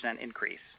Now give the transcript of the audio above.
increase